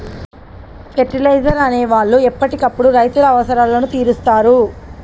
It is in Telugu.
ఫెర్టిలైజర్స్ అనే వాళ్ళు ఎప్పటికప్పుడు రైతుల అవసరాలను తీరుస్తారు